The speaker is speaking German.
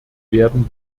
werden